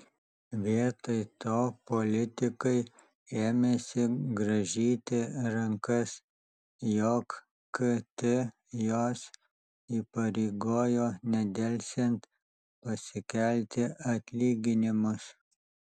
vietoj to politikai ėmėsi grąžyti rankas jog kt juos įpareigojo nedelsiant pasikelti atlyginimus